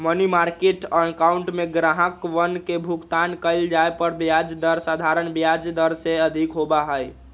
money market account में ग्राहकवन के भुगतान कइल जाये पर ब्याज दर साधारण ब्याज दर से अधिक होबा हई